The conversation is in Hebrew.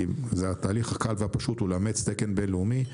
התהליך הקל והפשוט הוא לאמץ תקן בינלאומי.